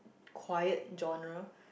quiet genre